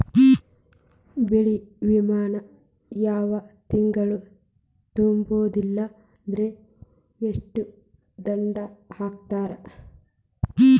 ಬೆಳೆ ವಿಮಾ ಆಯಾ ತಿಂಗ್ಳು ತುಂಬಲಿಲ್ಲಾಂದ್ರ ಎಷ್ಟ ದಂಡಾ ಹಾಕ್ತಾರ?